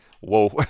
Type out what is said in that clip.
Whoa